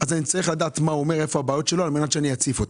אני צריך לדעת מה הוא אומר ולשמוע את הבעיות שלו על מנת שאני אציף אותן.